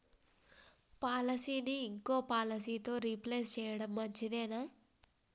పాలసీని ఇంకో పాలసీతో రీప్లేస్ చేయడం మంచిదేనా?